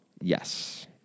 Yes